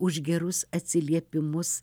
už gerus atsiliepimus